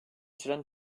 süren